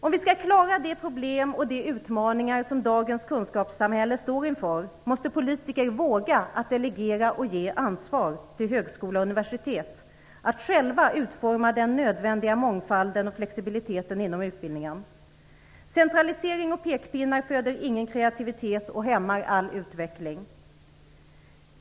Om vi skall klara de problem och utmaningar som dagens kunskapssamhälle står inför måste politiker våga delegera och ge högskola och universitet ansvaret att själva utforma den nödvändiga mångfalden och flexibiliteten inom utbildningen. Centralisering och pekpinnar föder ingen kreativitet och hämmar all utveckling.